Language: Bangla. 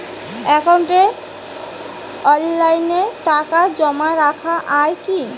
একাউন্টে অনলাইনে টাকা জমা রাখা য়ায় কি?